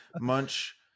Munch